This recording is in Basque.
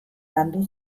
landu